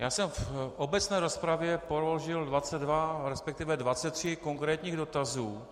Já jsem v obecné rozpravě položil 22, resp. 23 konkrétních dotazů.